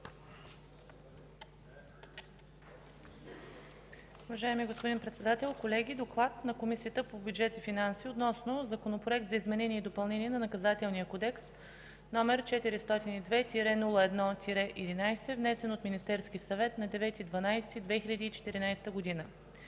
Уважаеми господин Председател, колеги! „ДОКЛАД на Комисията по бюджет и финанси относно Законопроект за изменение и допълнение на Наказателния кодекс, № 402-01-11, внесен от Министерския съвет на 9 декември